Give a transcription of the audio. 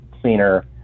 cleaner